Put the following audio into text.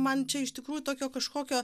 man čia iš tikrųjų tokio kažkokio